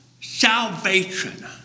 salvation